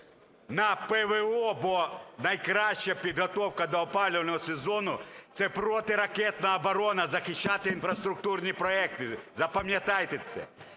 на ПВО, бо найкраща підготовка до опалювального сезону – це протиракетна оборона, захищати інфраструктурні проєкти, запам'ятайте це.